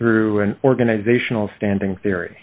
through an organizational standing theory